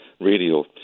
radio